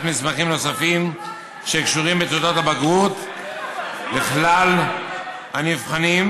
מסמכים נוספים שקשורים בתעודות הבגרות לכלל הנבחנים,